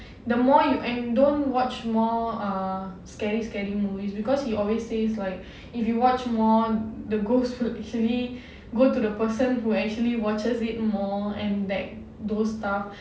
the more you and don't watch more ah scary scary movies because he always says like if you watch more the ghosts will actually go to the person who actually watches it more and like those stuff